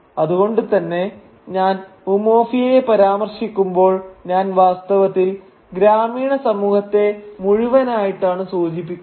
അതുകൊണ്ടുതന്നെ ഞാൻ ഉമൊഫിയയെ പരാമർശിക്കുമ്പോൾ ഞാൻ വാസ്തവത്തിൽ ഗ്രാമീണ സമൂഹത്തെ മുഴുവനായിട്ടാണ് സൂചിപ്പിക്കുന്നത്